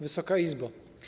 Wysoka Izbo!